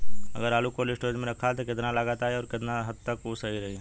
अगर आलू cold storage में रखायल त कितना लागत आई अउर कितना हद तक उ सही रही?